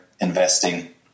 investing